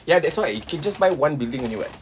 ya that's why you can just buy one building only [what]